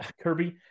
kirby